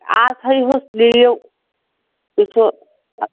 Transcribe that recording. آ تھٲوہوٗس لیٖو وُچھُو